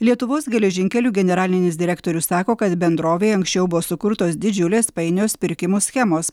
lietuvos geležinkelių generalinis direktorius sako kad bendrovėje anksčiau buvo sukurtos didžiulės painios pirkimų schemos